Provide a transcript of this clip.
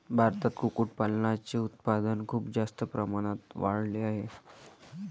भारतात कुक्कुटपालनाचे उत्पादन खूप जास्त प्रमाणात वाढले आहे